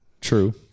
True